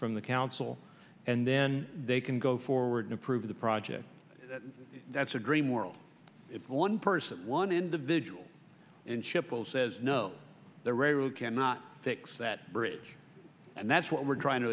from the council and then they can go forward and approve the project that's a dream world if one person one individual and ship will says no the railroad cannot fix that bridge and that's what we're trying to